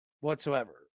whatsoever